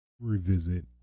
revisit